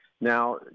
Now